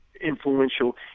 influential